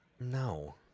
No